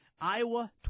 Iowa